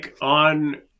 on